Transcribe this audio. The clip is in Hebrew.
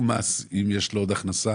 אם יש לו עוד הכנסה